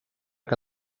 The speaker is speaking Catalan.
que